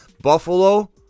Buffalo